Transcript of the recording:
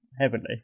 heavenly